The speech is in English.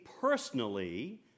personally